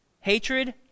Hatred